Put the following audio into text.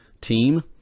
team